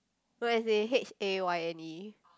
no as in h_a_y_n_e